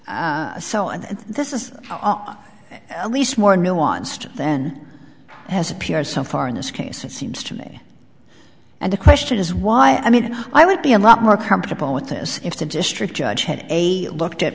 and this is how up at least more nuanced then has appeared so far in this case it seems to me and the question is why i mean i would be a lot more comfortable with this if the district judge had a looked at